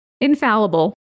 Infallible